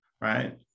right